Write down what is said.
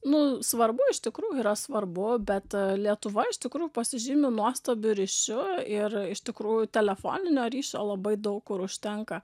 nu svarbu iš tikrųjų yra svarbu bet lietuva iš tikrųjų pasižymi nuostabiu ryšiu ir iš tikrųjų telefoninio ryšio labai daug kur užtenka